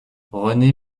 rené